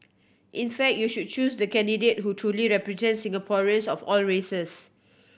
in fact you should choose the candidate who truly represents Singaporeans of all races